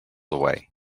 away